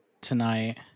tonight